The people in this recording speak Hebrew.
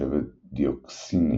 שבט Dioxyini